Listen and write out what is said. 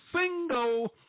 single